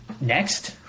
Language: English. next